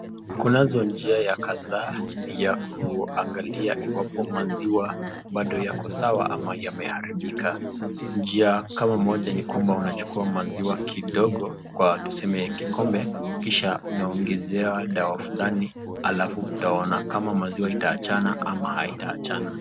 Kunazo njia ya kadhaa ya kuangalia iwapo maziwa bado yako sawa ama yameharibika, njia kama moja ni kwamba unachukua maziwa kidogo kwa tuseme kikombe, kisha unaongezea dawa fulani, alafu utaona kama maziwa itaachana ama haitaachana.